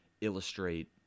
illustrate